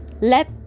let